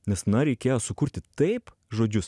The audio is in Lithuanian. nes na reikėjo sukurti taip žodžius